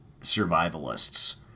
survivalists